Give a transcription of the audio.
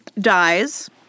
dies